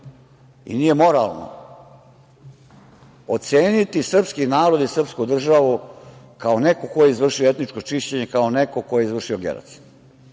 i nije moralno oceniti srpski narod i srpsku državu kao neko ko je izvršio etničko čišćenje, kao neko ko je izvršio genocid. Ja